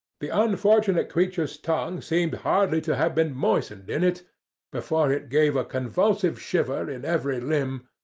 the unfortunate creature's tongue seemed hardly to have been moistened in it before it gave a convulsive shiver in every limb,